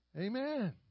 Amen